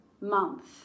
month